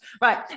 right